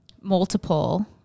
multiple